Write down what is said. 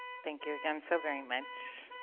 thank you, again, so very much.